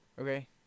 Okay